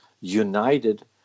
united